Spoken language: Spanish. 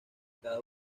cada